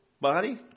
body